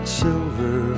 silver